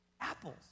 Apples